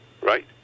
right